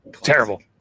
Terrible